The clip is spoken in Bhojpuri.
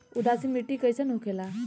उदासीन मिट्टी कईसन होखेला?